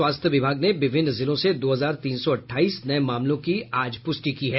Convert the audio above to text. स्वास्थ्य विभाग ने विभिन्न जिलों से दो हजार तीन सौ अठाईस नये मामलों की पुष्टि की है